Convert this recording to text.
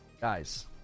Guys